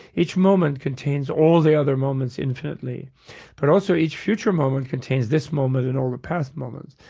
each moment contains all the other moments infinitely but also, each future moment contains this moment and all the past moments.